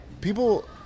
People